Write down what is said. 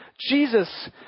Jesus